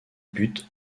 but